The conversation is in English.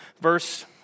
verse